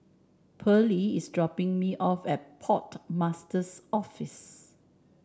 Pearly is dropping me off at Port Master's Office